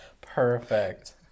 Perfect